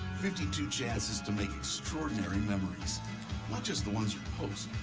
fifty two chances to make extraordinary memories not just the ones you post,